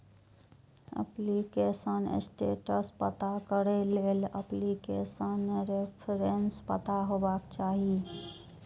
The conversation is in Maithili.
एप्लीकेशन स्टेटस पता करै लेल एप्लीकेशन रेफरेंस पता हेबाक चाही